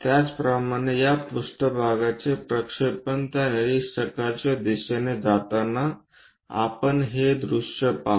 त्याचप्रमाणे या पृष्ठभागाचे प्रक्षेपण त्या निरीक्षकाच्या दिशेने जाताना आपण हे दृश्य पाहू